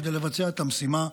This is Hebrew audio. כדי לבצע את המשימה,